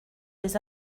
les